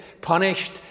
punished